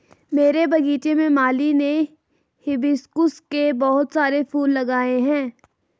मेरे बगीचे में माली ने हिबिस्कुस के बहुत सारे फूल लगाए हैं